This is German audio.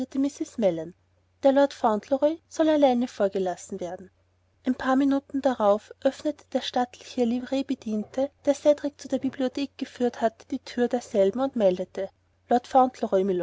der lord fauntleroy soll allein vorgelassen werden ein paar minuten darauf öffnete der stattliche livreebediente der cedrik zu der bibliothek geführt hatte die thür derselben und meldete lord fauntleroy